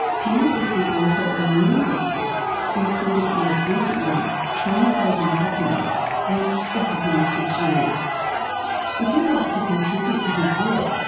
tim is the author of numerous books including most recently translating happiness and the happiness dictionary. if you'd like to contribute to his work,